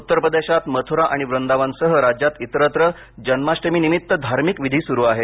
उत्तर प्रदेशात मथुरा आणि वृंदावनसह राज्यात इतरत्र जन्माष्टमीनिमित्त धार्मिक विधीं सुरु आहेत